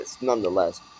nonetheless